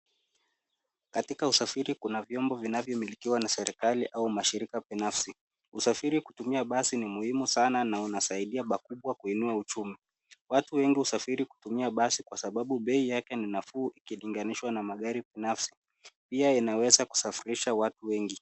Katika usafiri kuna vyombo vinavyomilikiwa na serikali au mashirika binafsi. Usafiri kutumia basi ni muhimu sana na unasaidia pakubwa kuinua uchumi. Watu wengi husafiri kutumia basi kwa sababu bei yake ni nafuu ikilinganishwa na magari binafsi. Pia inaweza kusafirisha watu wengi.